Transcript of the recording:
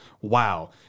Wow